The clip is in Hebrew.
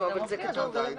אבל זה מה שכתוב.